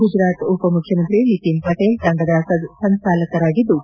ಗುಜರಾತ್ ಉಪಮುಖ್ಯಮಂತ್ರಿ ನಿತಿನ್ ಪಟೇಲ್ ತಂಡದ ಸಂಚಾಲಕರಾಗಿದ್ದು